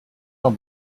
will